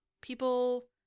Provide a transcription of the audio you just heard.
people